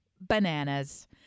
bananas